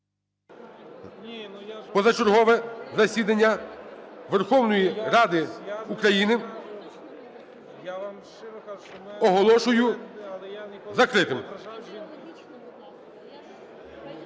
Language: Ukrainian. Позачергове засідання Верховної Ради України оголошую закритим.